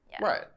Right